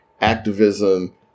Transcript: activism